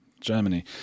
Germany